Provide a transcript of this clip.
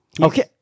Okay